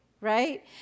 right